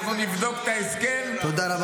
אנחנו נבדוק את ההסכם -- תודה רבה.